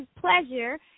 pleasure